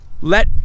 let